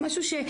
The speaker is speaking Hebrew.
להעברת